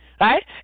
right